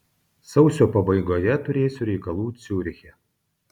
sausio pabaigoje turėsiu reikalų ciuriche